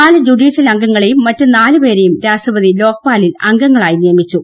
നാല് ജുഡീഷ്യൽ അംഗങ്ങളെയും മറ്റ് നാലുപേരെയും രാഷ്ട്രപതി ലോക്പാലിൽ അംഗങ്ങളായി നിയമിച്ചു